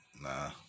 nah